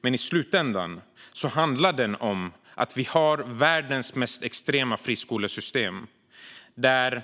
Men i slutändan handlar den om att Sverige har världens mest extrema friskolesystem, där